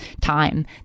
time